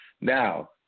Now